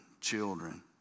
children